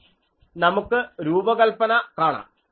ഇനി നമുക്ക് ഈ രൂപകൽപ്പന കാണാം